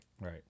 Right